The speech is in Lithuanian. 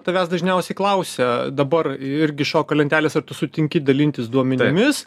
tavęs dažniausiai klausia dabar irgi šoka lentelės ar tu sutinki dalintis duomenimis